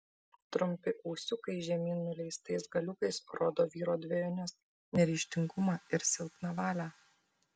trumpi ūsiukai žemyn nuleistais galiukais rodo vyro dvejones neryžtingumą ir silpną valią